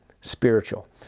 spiritual